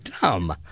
dumb